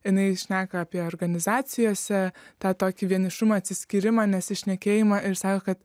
jinai šneka apie organizacijose tą tokį vienišumą atsiskyrimą nesusišnekėjimą ir sako kad